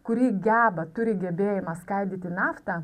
kuri geba turi gebėjimą skaidyti naftą